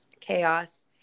chaos